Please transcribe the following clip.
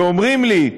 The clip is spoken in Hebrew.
ואומרים לי: